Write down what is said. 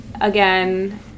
again